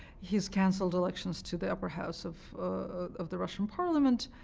he's canceled elections to the upper house of of the russian parliament.